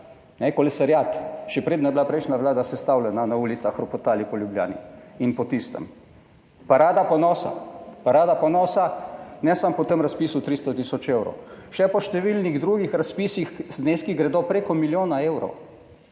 kolesariat, še preden je bila prejšnja vlada sestavljena na ulicah ropotali po Ljubljani in po tistem. Parada ponosa, parada ponosa ne samo po tem razpisu 300 tisoč evrov, še po številnih drugih razpisih. Zneski gredo preko milijona evrov,